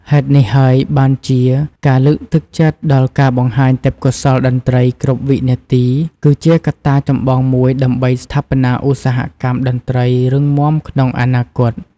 ហេតុនេះហើយបានជា ការលើកទឹកចិត្តដល់ការបង្ហាញទេពកោសល្យតន្ត្រីគ្រប់វិនាទីគឺជាកត្តាចម្បងមួយដើម្បីស្ថាបនាឧស្សាហកម្មតន្ត្រីរឹងមាំក្នុងអនាគត។